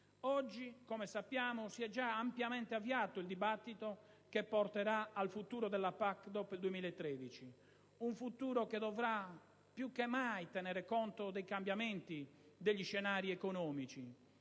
Oggi, come sappiamo, si è già ampiamente avviato il dibattito che porterà al futuro della PAC dopo il 2013. Un futuro che dovrà più che mai tenere conto dei cambiamenti degli scenari economici,